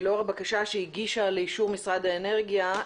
לאור הבקשה שהגיש משרד האנרגיה לאישור.